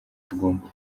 tugomba